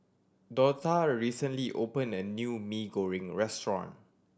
Dortha recently opened a new Mee Goreng restaurant